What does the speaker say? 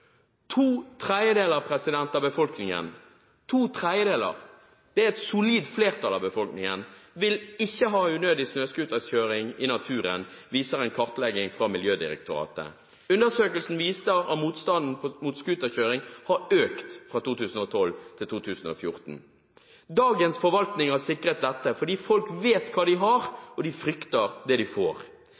To tredeler av befolkningen – et solid flertall av befolkningen – vil ikke ha unødig snøscooterkjøring i naturen, viser en kartlegging fra Miljødirektoratet. Undersøkelsen viser at motstanden mot scooterkjøring har økt fra 2012 til 2014. Dagens forvaltning har sikret dette, for folk vet hva de har, og de frykter det de får.